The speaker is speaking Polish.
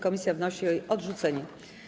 Komisja wnosi o jej odrzucenie.